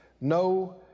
no